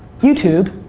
youtube,